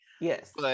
yes